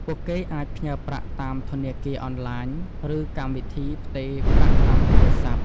ពួកគេអាចផ្ញើប្រាក់តាមធនាគារអនឡាញ ឬកម្មវិធីផ្ទេរប្រាក់តាមទូរស័ព្ទ។